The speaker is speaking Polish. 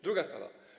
Druga sprawa.